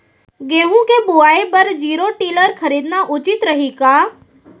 गेहूँ के बुवाई बर जीरो टिलर खरीदना उचित रही का?